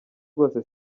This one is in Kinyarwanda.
wowe